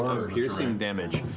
of piercing damage.